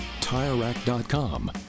TireRack.com